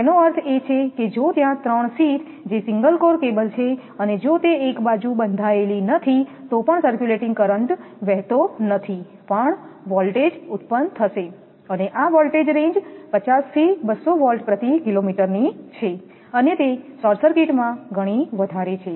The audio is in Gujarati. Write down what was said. તેનો અર્થ એ છે કે જો ત્યાં 3 શીથ જે સિંગલ કોર કેબલ છે અને જો તે એક બાજુ બંધાયેલ નથી તો પણ સર્ક્યુલેટિંગ કરંટ વહેતો નથી પણ વોલ્ટેજ ઉત્પન્ન થશે અને આ વોલ્ટેજ રેન્જ 50 થી 200 વોલ્ટ પ્રતિ કિલોમીટર છે અને તે શોર્ટ સર્કિટમાં ઘણી વધારે છે